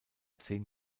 zehn